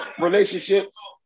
relationships